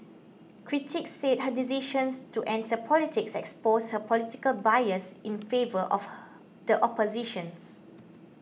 critics said her decisions to enter politics exposed her political bias in favour of the oppositions